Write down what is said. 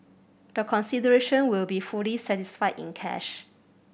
the consideration will be fully satisfied in cash